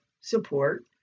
support